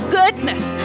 goodness